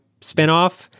spinoff